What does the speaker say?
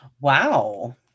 Wow